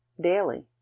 daily